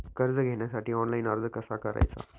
कर्ज घेण्यासाठी ऑनलाइन अर्ज कसा करायचा?